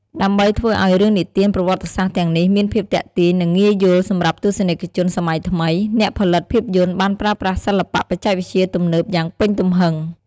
ដើម្បីធ្វើឲ្យរឿងនិទានប្រវត្តិសាស្ត្រទាំងនេះមានភាពទាក់ទាញ និងងាយយល់សម្រាប់ទស្សនិកជនសម័យថ្មី អ្នកផលិតភាពយន្តបានប្រើប្រាស់សិល្បៈបច្ចេកវិទ្យាទំនើបយ៉ាងពេញទំហឹង។